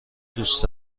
دوست